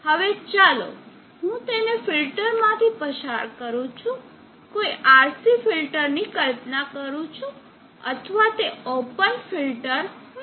હવે ચાલો હું તેને ફિલ્ટર માંથી પસાર કરું છું કોઈ RC ફિલ્ટર ની કલ્પના કરું છું અથવા તે ઓપન ફિલ્ટર હોઈ શકે છે